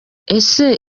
ese